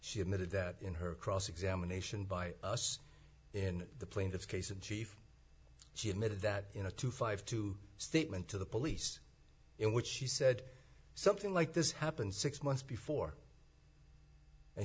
she admitted that in her cross examination by us in the plaintiff's case in chief she admitted that you know two five two statement to the police in which she said something like this happened six months